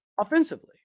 offensively